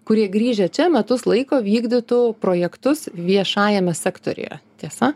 kurie grįžę čia metus laiko vykdytų projektus viešajame sektoriuje tiesa